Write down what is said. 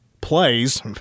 plays